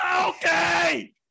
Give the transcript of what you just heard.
okay